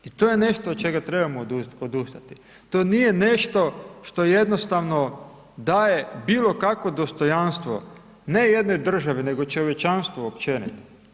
I to je nešto od čega trebamo odustati, to nije nešto što jednostavno daje bilokakvo dostojanstvo ne jednoj državi nego čovječanstvu općenito.